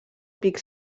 pic